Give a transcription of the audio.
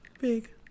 Big